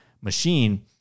machine